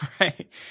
Right